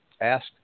asked